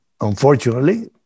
unfortunately